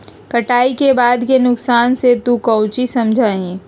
कटाई के बाद के नुकसान से तू काउची समझा ही?